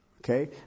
Okay